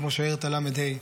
כמו שיירת הל"ה.